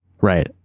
Right